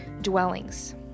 dwellings